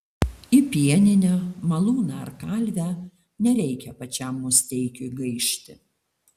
į pieninę malūną ar kalvę nereikia pačiam musteikiui gaišti